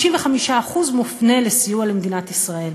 55% מופנים לסיוע למדינת ישראל.